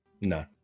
No